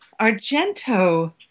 Argento